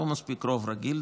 לא מספיק רוב רגיל.